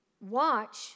watch